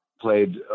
played